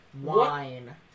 Wine